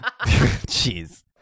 Jeez